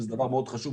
וזה דבר מאוד חשוב,